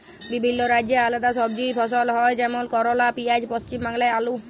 বিভিল্য রাজ্যে আলেদা সবজি ফসল হ্যয় যেমল করলা, পিয়াঁজ, পশ্চিম বাংলায় আলু